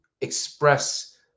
express